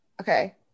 Okay